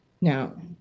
Now